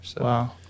Wow